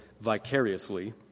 vicariously